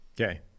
Okay